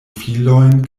filojn